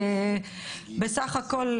בסך הכל,